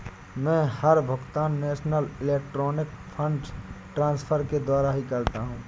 मै हर भुगतान national electronic funds transfer के द्वारा ही करता हूँ